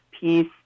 peace